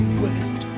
wet